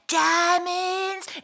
diamonds